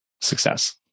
success